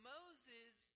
Moses